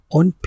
on